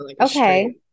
Okay